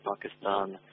Pakistan